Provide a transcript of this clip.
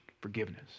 forgiveness